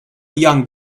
young